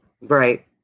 Right